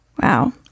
Wow